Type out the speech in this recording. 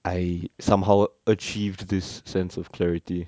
I somehow achieved this sense of clarity